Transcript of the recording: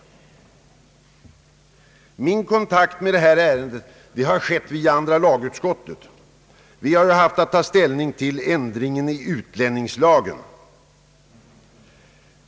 Jag har fått kontakt med detta ärende i andra lagutskottet, som haft att ta ställning till förslaget om ändring av utlänningslagen.